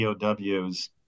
POWs